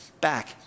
back